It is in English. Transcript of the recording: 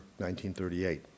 1938